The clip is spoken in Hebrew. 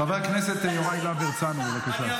חבר הכנסת יוראי להב הרצנו, בבקשה.